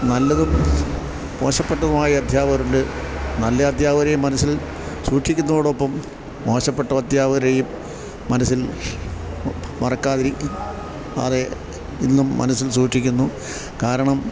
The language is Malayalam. നല്ലതും മോശപ്പെട്ടതുമായ അധ്യാപകരുണ്ട് നല്ല അധ്യാപകരെയും മനസ്സിൽ സൂക്ഷിക്കുന്നതോടൊപ്പം മോശപ്പെട്ട അധ്യാപകരെയും മനസ്സിൽ മറക്കാതെ ഇന്നും മനസ്സിൽ സൂക്ഷിക്കുന്നു കാരണം